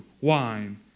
wine